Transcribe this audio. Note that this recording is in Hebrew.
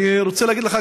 אני רוצה להגיד לך,